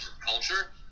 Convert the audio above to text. culture